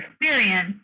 experience